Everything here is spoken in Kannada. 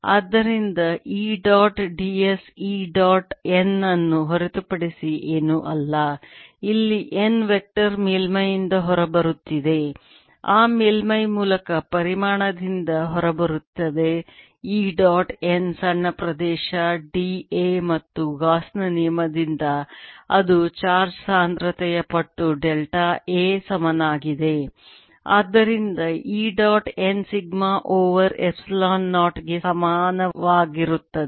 ಆದ್ದರಿಂದ E dot ds E dot n ಅನ್ನು ಹೊರತುಪಡಿಸಿ ಏನೂ ಅಲ್ಲ ಇಲ್ಲಿ n ವೆಕ್ಟರ್ ಮೇಲ್ಮೈಯಿಂದ ಹೊರಬರುತ್ತಿದೆ ಆ ಮೇಲ್ಮೈ ಮೂಲಕ ಪರಿಮಾಣದಿಂದ ಹೊರಬರುತ್ತದೆ E ಡಾಟ್ n ಸಣ್ಣ ಪ್ರದೇಶ da ಮತ್ತು ಗಾಸ್ ನ ನಿಯಮದಿಂದ ಅದು ಚಾರ್ಜ್ ಸಾಂದ್ರತೆಯ ಪಟ್ಟು ಡೆಲ್ಟಾ a ಸಮನಾಗಿದೆ ಮತ್ತು ಆದ್ದರಿಂದ E dot n sigma over epsilon 0 ಗೆ ಸಮಾನವಾಗಿರುತ್ತದೆ